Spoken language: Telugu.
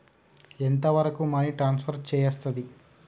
ఎంత వరకు మనీ ట్రాన్స్ఫర్ చేయస్తది?